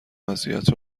وضعیت